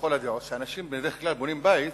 לכל הדעות: שאנשים בדרך כלל בונים בית